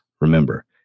Remember